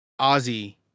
Ozzy